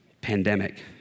Pandemic